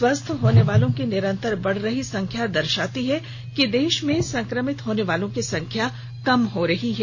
स्वस्थ होने वालों की निरंतर बढ़ रही संख्या दर्शाती है कि देश में संक्रमित होने वालों की संख्या कम हो रही है